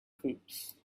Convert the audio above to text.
cubes